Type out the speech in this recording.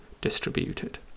distributed